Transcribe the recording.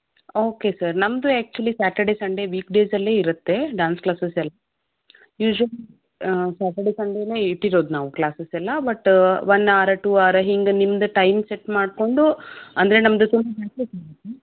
okay sir ನಮ್ಮದು actually Saturday Sunday week ಡೇಸಲ್ಲೇ ಇರುತ್ತೆ ಡ್ಯಾನ್ಸ್ ಕ್ಲಾಸಸೆಲ್ಲ ಯೂಶ್ವಲಿ ಸಾಟರ್ಡೆ ಸಂಡೆಯೇ ಇಟ್ಟಿರೋದು ನಾವು ಕ್ಲಾಸಸೆಲ್ಲ but one hour two hour ಹೀಗೆ ನಿಮ್ಮದು ಟೈಮ್ ಸೆಟ್ ಮಾಡಿಕೊಂಡು ಅಂದರೆ ನಮ್ಮದು ಬ್ಯಾಚಸ್ ಇರುತ್ತೆ